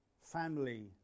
Family